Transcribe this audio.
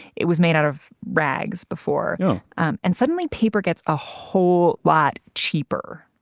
it was made out of rags before um and suddenly paper gets a whole lot cheaper.